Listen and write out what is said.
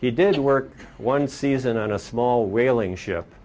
he did work one season on a small whaling shi